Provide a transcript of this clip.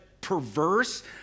perverse